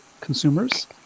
consumers